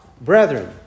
brethren